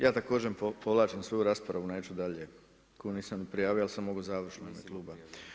Ja također povlačim svoju raspravu, neću dalje koju nisam ni prijavio, ali sam mogao završno u ime kluba.